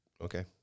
okay